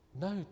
no